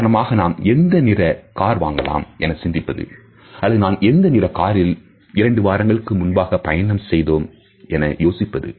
உதாரணமாக நாம் எந்த நிற கார் வாங்கலாம் என சிந்திப்பது அல்லது நான் எந்த நிற காரில் இரண்டு வாரங்களுக்கு முன்பாக பயணம் செய்தோம் என யோசிப்பது